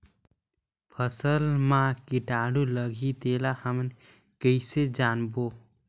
फसल मा कीटाणु लगही तेला हमन कइसे जानबो?